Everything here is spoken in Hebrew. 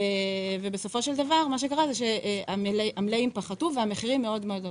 ובסופו של דבר, המלאים פחתו והמחירים עלו מאוד.